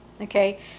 okay